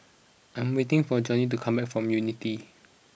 I am waiting for Johney to come back from Unity